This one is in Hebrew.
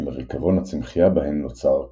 שמריקבון הצמחייה בהן נוצר כבול.